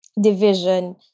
division